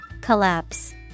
Collapse